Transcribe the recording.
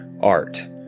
art